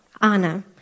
Anna